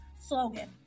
slogan